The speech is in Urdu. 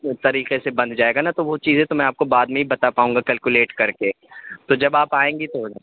طریقے سے بن جائے گا نا تو وہ چیزیں تو میں آپ کو بعد میں ہی بتا پاؤں گا کلکولیٹ کر کے تو جب آپ آئیں گی تو